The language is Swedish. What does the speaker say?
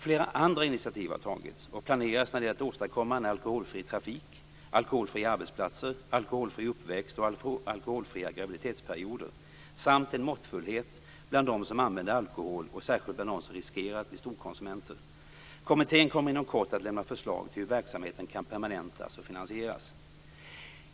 Flera andra initiativ har tagits och planeras när det gäller att åstadkomma en alkoholfri trafik, alkoholfria arbetsplatser, alkoholfri uppväxt och alkoholfria graviditetsperioder samt en måttfullhet bland dem som använder alkohol och särskilt bland dem som riskerar att bli storkonsumenter. Kommittén kommer inom kort att lämna förslag till hur verksamheten kan permanentas och finansieras.